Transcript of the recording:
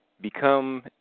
become